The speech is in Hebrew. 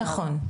נכון.